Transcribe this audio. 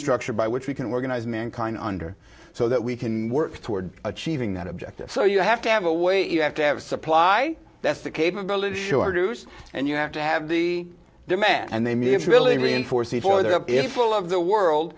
structure by which we can organize mankind under so that we can work toward achieving that objective so you have to have a way you have to have supply that's the capability shorter's and you have to have the demand and they mean it's really reinforces for their if will of the world